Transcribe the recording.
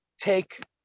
take